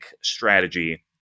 strategy